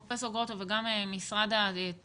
פרופ' גרוטו וגם משרד התרבות,